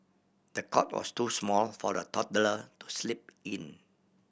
the cot was too small for the toddler to sleep in